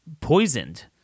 poisoned